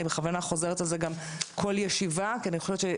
אני בכוונה חוזרת על זה גם כל ישיבה כי זה מדהים